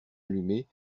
allumée